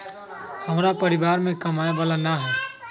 हमरा परिवार में कमाने वाला ना है?